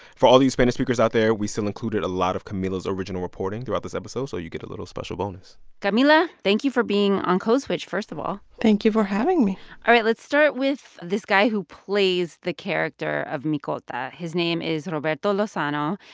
for all you spanish speakers out there, we still included a lot of camila's original reporting throughout this episode, so you get a little special bonus camila, thank you for being on code switch, first of all thank you for having me all right. let's start with this guy who plays the character of micolta. his name is roberto lozano.